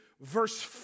verse